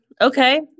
okay